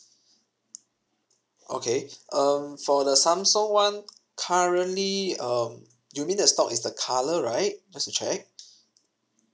okay um for the samsung one currently um you mean the stock is the colour right just to check